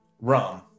rum